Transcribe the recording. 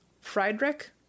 Friedrich